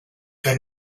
que